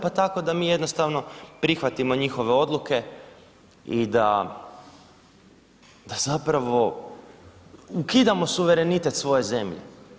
Pa tako da mi jednostavno prihvatimo njihove odluke i da, da zapravo ukidamo suverenitet svoje zemlje.